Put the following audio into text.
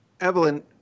Evelyn